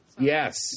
yes